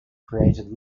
created